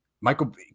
Michael